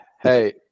hey